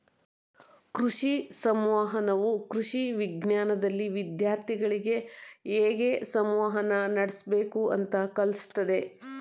ಕೃಷಿ ಸಂವಹನವು ಕೃಷಿ ವಿಜ್ಞಾನ್ದಲ್ಲಿ ವಿದ್ಯಾರ್ಥಿಗಳಿಗೆ ಹೇಗ್ ಸಂವಹನ ನಡಸ್ಬೇಕು ಅಂತ ಕಲ್ಸತದೆ